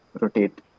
rotate